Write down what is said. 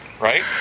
right